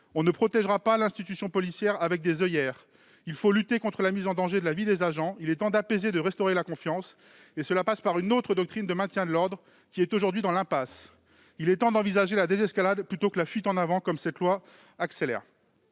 On ne protégera pas l'institution policière avec des oeillères ! Il faut lutter contre la mise en danger de la vie des agents. Il est temps d'apaiser les esprits et de restaurer la confiance, ce qui passe par une autre doctrine de maintien de l'ordre, l'actuelle étant dans l'impasse. Il est temps d'envisager la désescalade plutôt que la fuite en avant, que cette loi accélère.